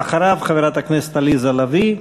אחריו, חברת הכנסת עליזה לביא,